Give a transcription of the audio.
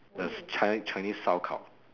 the chi~ chinese 烧烤